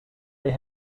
they